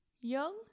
young